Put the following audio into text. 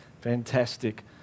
Fantastic